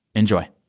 enjoy